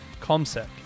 Comsec